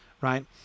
right